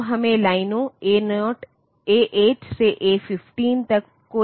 तो मेमोरी के बजाय यह IO डिवाइस भी होगा और चाहे वह IO डिवाइस हो या मेमोरी